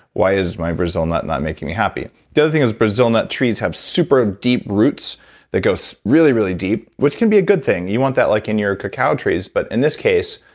why is my brazil nut not making me happy? the other thing is brazil nut trees have super deep roots that go so really, really deep which can be a good thing. you want that like in your cacao trees. but in this case,